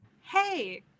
Hey